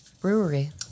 brewery